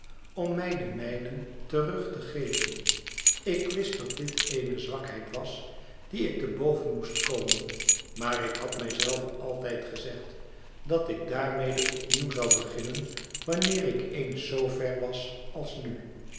om mij den mijnen terug te geven ik wist dat dit eene zwakheid was die ik te boven moest komen maar ik had mij zelve altijd gezegd dat ik daarmede opnieuw zou beginnen wanneer ik eens zoo ver was als nu